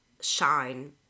shine